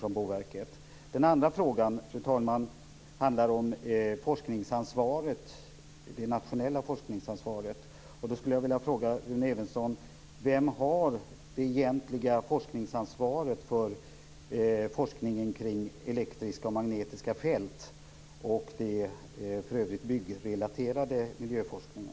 Min andra fråga handlar om det nationella forskningsansvaret: Vem har det egentliga forskningsansvaret för forskningen kring elektriska och magnetiska fält samt för den i övrigt byggrelaterade miljöforskningen?